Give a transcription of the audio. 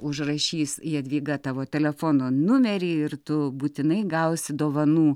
užrašys jadvyga tavo telefono numerį ir tu būtinai gausi dovanų